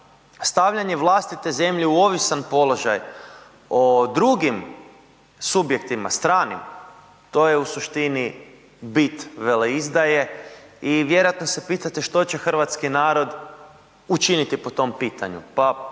Stavljanje vlastite zemlje u ovisan položaj o drugim subjektima, stranim, to je u suštini bit veleizdaje i vjerojatno se pitate što će hrvatski narod učiniti po tom pitanju.